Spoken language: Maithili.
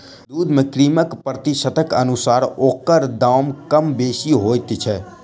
दूध मे क्रीमक प्रतिशतक अनुसार ओकर दाम कम बेसी होइत छै